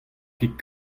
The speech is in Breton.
ket